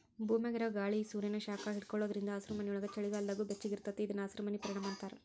ಭೂಮ್ಯಾಗಿರೊ ಗಾಳಿ ಸೂರ್ಯಾನ ಶಾಖ ಹಿಡ್ಕೊಳೋದ್ರಿಂದ ಹಸಿರುಮನಿಯೊಳಗ ಚಳಿಗಾಲದಾಗೂ ಬೆಚ್ಚಗಿರತೇತಿ ಇದನ್ನ ಹಸಿರಮನಿ ಪರಿಣಾಮ ಅಂತಾರ